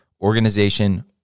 organization